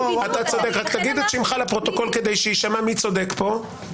רק תגיד את שמך לפרוטוקול כדי שיישמע מי צודק כאן.